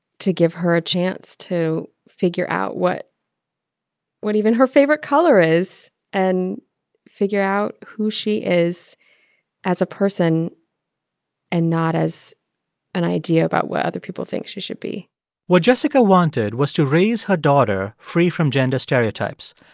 to give her a chance to figure out what what even her favorite color is and figure out who she is as a person and not as an idea about what other people think she should be what jessica wanted was to raise her daughter free from gender stereotypes.